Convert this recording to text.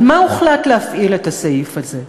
על מה הוחלט להפעיל את הסעיף הזה היום?